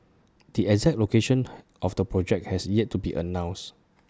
the exact location of the project has yet to be announced